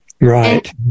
right